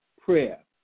prayer